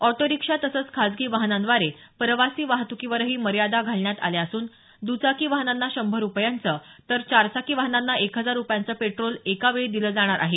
auto rickshaw तसंच खासगी वाहनांद्वारे प्रवासी वाहतुकीवरही मर्यादा घालण्यात आल्या असून दुचाकी वाहनांना शंभर रुपयांचं तर चारचाकी वाहनांना एक हजार रुपयांचं पेट्रोल एका वेळी दिलं जाणार आहे